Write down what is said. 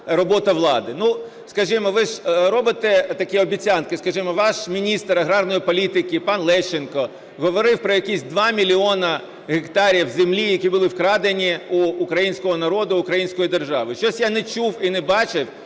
робота влади. Скажімо, ви ж робите такі обіцянки, скажімо, ваш міністр аграрної політики пан Лещенко говорив про якісь 2 мільйони гектарів землі, які були вкрадені в українського народу, української держави. Щось я не чув і не бачив,